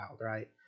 right